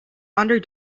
under